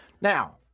Now